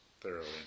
thoroughly